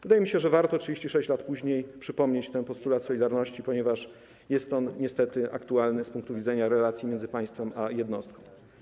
Wydaje mi się, że warto 36 lat później przypomnieć ten postulat „Solidarności”, ponieważ jest on niestety aktualny z punktu widzenia relacji między państwem a jednostką.